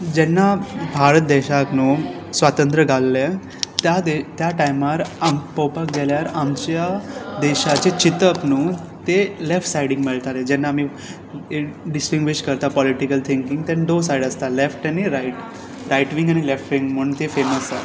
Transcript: जेन्ना भारत देशाक न्हय स्वातंत्र गावल्लें त्या दे त्या टायमार आमी पळोवपाक गेल्यार आमच्या देशाचें चिंतप न्हय तें लॅफ्ट सायडीक मेळतालें जेन्ना आमी ई डिस्टिंग्वीश करता पॉलिटिकल थिंकींग तेन्ना दोन सायड आसता लॅफ्ट आनी रायट रायट वींग आनी लॅफ्ट वींग म्हूण तें फेमस आसा